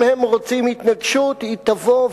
אם הם רוצים התנגשות היא תבוא,